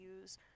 use